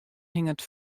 hinget